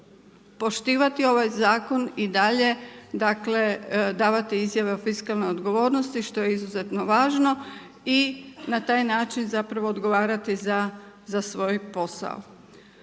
poštivati ovaj Zakon i dalje dakle, davati izjave o fiskalnoj odgovornosti, što je izuzetno važno i na taj način zapravo odgovarati za svoj posao.